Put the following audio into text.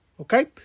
okay